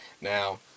Now